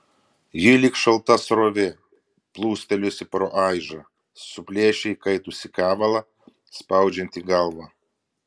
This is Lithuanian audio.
ji lyg šalta srovė plūstelėjusi pro aižą suplėšė įkaitusį kevalą spaudžiantį galvą